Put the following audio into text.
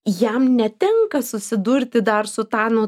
jam netenka susidurti dar su ta nu